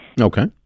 Okay